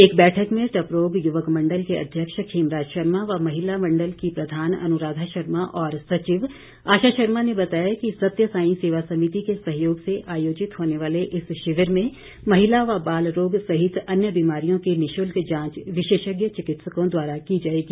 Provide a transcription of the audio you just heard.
एक बैठक में टपरोग युवक मंडल के अध्यक्ष खेमराज शर्मा व महिला मंडल की प्रधान अनुराधा शर्मा और सचिव आशा शर्मा ने बताया कि सत्य सांई सेवा समिति के सहयोग से आयोजित होने वाले इस शिविर में महिला व बाल रोग सहित अन्य बीमारियों की निशुल्क जांच विशेषज्ञ चिकित्सों द्वारा की जाएगी